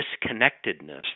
disconnectedness